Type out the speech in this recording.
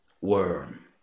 Worm